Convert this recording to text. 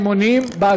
יעקב